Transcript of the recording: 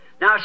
Now